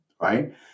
right